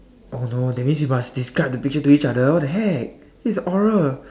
oh no that means we need to describe the picture to each other what the heck this is oral